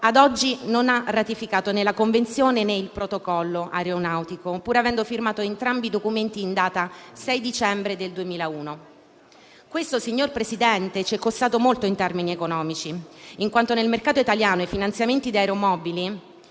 l'Italia non ha ratificato né la Convenzione né il Protocollo aeronautico, pur avendo firmato entrambi i documenti in data 6 dicembre 2001. Questo, signor Presidente, ci è costato molto in termini economici, in quanto nel mercato italiano i finanziamenti ad aeromobili